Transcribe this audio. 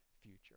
future